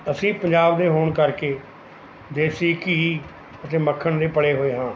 ਅਸੀਂ ਪੰਜਾਬ ਦੇ ਹੋਣ ਕਰਕੇ ਦੇਸੀ ਘੀ ਅਤੇ ਮੱਖਣ ਦੇ ਪਲੇ ਹੋਏ ਹਾਂ